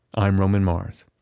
i'm roman mars